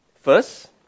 First